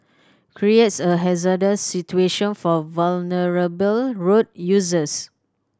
creates a hazardous situation for vulnerable road users